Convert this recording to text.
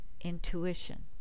intuition